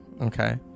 Okay